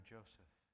Joseph